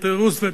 את רוזוולט,